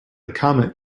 comet